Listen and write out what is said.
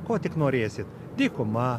ko tik norėsit dykuma